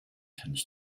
tends